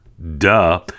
Duh